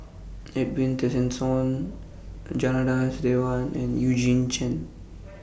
Edwin Tessensohn Janadas Devan and Eugene Chen